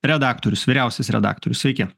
redaktorius vyriausias redaktorius sveiki